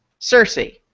Cersei